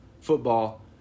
football